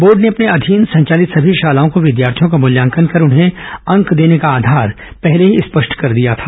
board ने अपने अधीन संवालित सभी शालाओं को विद्यार्थियों का मल्यांकन कर उन्हें अंक देने का आधार पहले ही स्पष्ट कर दिया था